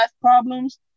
problems